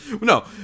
No